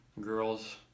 Girls